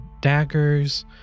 daggers